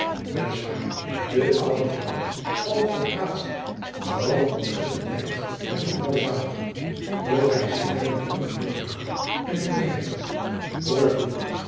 waar de oude vrouw valt wat praatziek vooral omtrent den tijd van mevrouw zaliger doch gij ziet mij met onjacob van lennep de pleegzoon geduld aan en ik begrijp u hoor toe